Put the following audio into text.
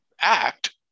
act